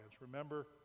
remember